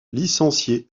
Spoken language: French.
licencié